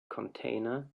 container